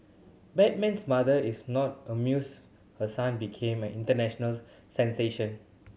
Batman's mother is not amused her son became an international sensation